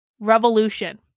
revolution